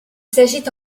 s’agit